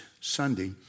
Sunday